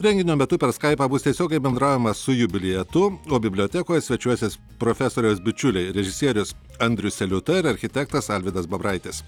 renginio metu per skaipą bus tiesiogiai bendraujama su jubiliatu bibliotekoje svečiuosis profesoriaus bičiuliai režisierius andrius seliuta ir architektas alvydas babraitis